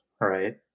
right